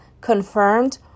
confirmed